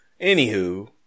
anywho